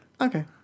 Okay